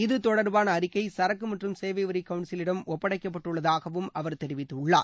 இது தொடர்பாள அறிக்கை சரக்கு மற்றும் சேவை வரி கவுன்சிலிடம் ஒப்படைக்கப்பட்டுள்ளதாகவும் அவர் தெரிவித்துள்ளார்